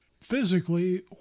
physically